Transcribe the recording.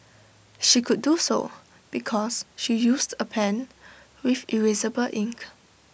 she could do so because she used A pen with erasable ink